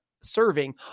serving